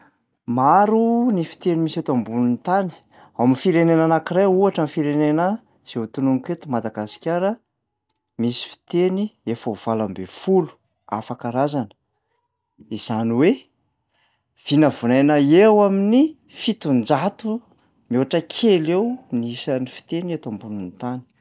Maro ny fiteny misy eto ambonin'ny tany, ao amin'ny firenena anankiray ohatra ny firenena izay ho tononoko eto Madagasikara, misy fiteny efa ho valo amby folo hafa karazana. Izany hoe vinavinaina eo amin'ny fitonjato mihoatra kely eo ny isan'ny fiteny eto ambonin'ny tany.